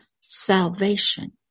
salvation